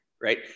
right